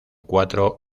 cuatro